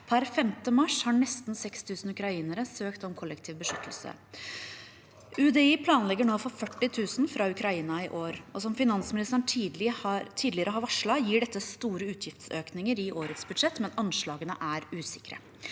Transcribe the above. Per 5. mars har nesten 6 000 ukrainere søkt om kollektiv beskyttelse. UDI planlegger nå for 40 000 fra Ukraina i år. Som finansministeren tidligere har varslet, gir dette store utgiftsøkninger i årets budsjett, men anslagene er usikre.